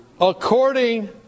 according